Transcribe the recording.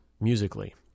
musically